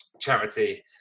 charity